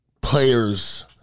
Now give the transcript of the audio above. players